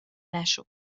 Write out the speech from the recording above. نشو